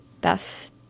best